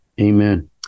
Amen